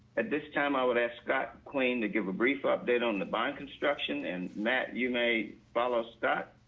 at this time, i would ask scott kwame to give a brief update on the bond construction. and matt, you may follow stat.